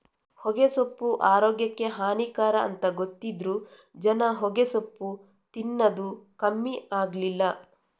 ಹೊಗೆಸೊಪ್ಪು ಆರೋಗ್ಯಕ್ಕೆ ಹಾನಿಕರ ಅಂತ ಗೊತ್ತಿದ್ರೂ ಜನ ಹೊಗೆಸೊಪ್ಪು ತಿನ್ನದು ಕಮ್ಮಿ ಆಗ್ಲಿಲ್ಲ